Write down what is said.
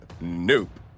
nope